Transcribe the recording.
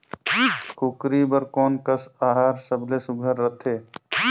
कूकरी बर कोन कस आहार सबले सुघ्घर रथे?